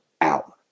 out